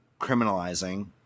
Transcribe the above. criminalizing